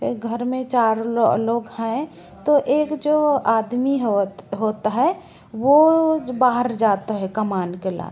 घर में चार लोग हैं तो एक जो आदमी होवत होत है वह बाहर जाता है कमाने के लिए